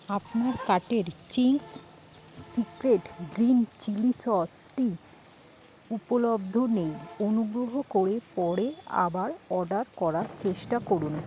আপনার কার্টের Ching's Secret green chilli সসটি উপলব্ধ নেই অনুগ্রহ করে পরে আবার অর্ডার করার চেষ্টা করুন